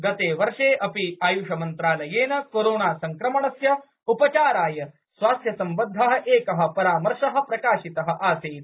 गते वर्षे अपि आय्ष मंत्रालयेनकोरोनासंक्रमणस्य उपचाराय स्वास्थ्य संबद्ध एक परामर्श प्रकाशित आसीत्